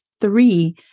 three